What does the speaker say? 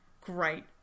great